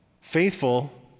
Faithful